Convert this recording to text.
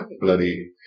Bloody